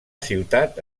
ciutat